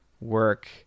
work